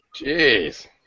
Jeez